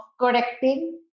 correcting